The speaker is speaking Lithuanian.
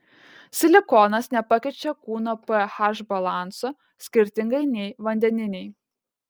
silikonas nepakeičia kūno ph balanso skirtingai nei vandeniniai